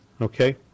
Okay